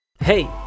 Hey